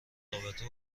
رابطه